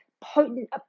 potent